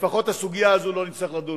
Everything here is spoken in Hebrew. לפחות בסוגיה הזאת לא נצטרך לדון.